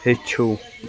ہیٚچھِو